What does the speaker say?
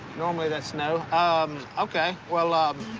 normally, that's no. um, okay. well, ah.